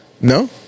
No